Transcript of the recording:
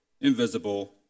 invisible